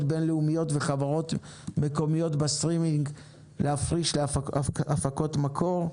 בין-לאומיות וחברות מקומיות בסטרימינג להפקות מקור,